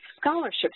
scholarships